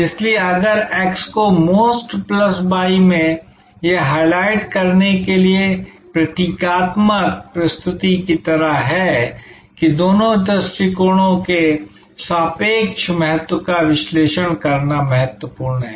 इसलिए अगर इस x को MOST प्लस y में यह हाइलाइट करने के लिए एक प्रतीकात्मक प्रस्तुति की तरह है कि दोनों दृष्टिकोणों के सापेक्ष महत्व का विश्लेषण करना महत्वपूर्ण है